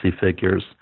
figures